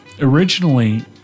originally